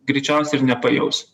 greičiausiai ir nepajausi